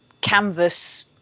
canvas